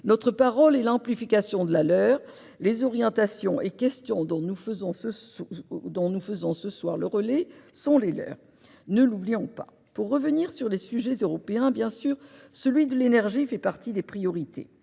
Notre parole est l'amplification de la leur. Les orientations et questions dont nous nous faisons ce soir le relais sont les leurs- ne l'oublions pas ! Pour revenir sur les sujets européens, celui de l'énergie fait bien sûr partie des priorités.